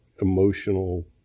emotional